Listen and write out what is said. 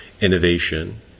innovation